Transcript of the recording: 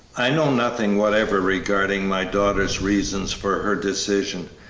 i know nothing whatever regarding my daughter's reasons for her decision,